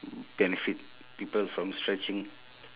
benefit people from stretching